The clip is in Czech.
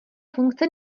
funkce